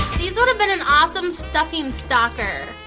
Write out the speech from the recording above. these would have been an awesome stuffing stocker.